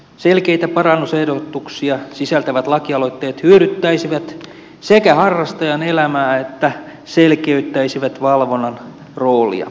selkeitä parannusehdotuksia sisältävät lakialoitteet sekä hyödyttäisivät harrastajan elämää että selkeyttäisivät valvonnan roolia